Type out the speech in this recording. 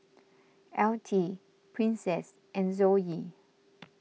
Altie Princess and Zoe